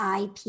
IP